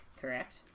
correct